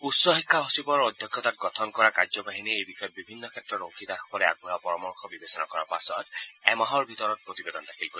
উচ্চ শিক্ষা সচিবৰ অধ্যক্ষতাত গঠন কৰা টাস্থ ফৰ্চে এই বিষয়ত বিভিন্ন ক্ষেত্ৰৰ অংশীদাৰসকলে আগবঢ়োৱা পৰামৰ্শ বিবেচনা কৰাৰ পাছত এমাহৰ ভিতৰত প্ৰতিবেদন দাখিল কৰিব